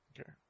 Okay